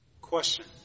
Question